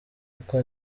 uko